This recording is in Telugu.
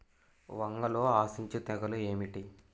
వంగలో ఆశించు తెగులు ఏమిటి?